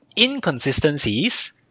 inconsistencies